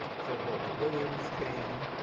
so walter williams came,